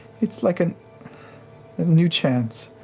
it's like a new chance.